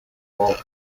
wells